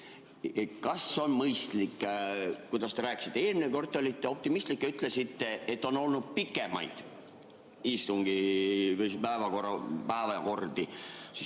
Kas on mõistlik? Kuidas te rääkisite eelmine kord? Te olite optimistlik ja ütlesite, et on olnud pikemaid istungi päevakordi.